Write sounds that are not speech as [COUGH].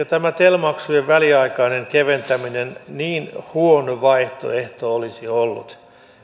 [UNINTELLIGIBLE] tämä tel maksujen väliaikainen keventäminen niin huono vaihtoehto ollut